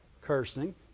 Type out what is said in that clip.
cursing